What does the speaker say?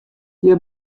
hja